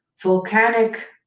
volcanic